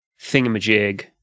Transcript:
thingamajig